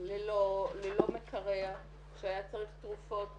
ללא מקרר, שהיה צריך תרופות בקירור,